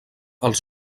els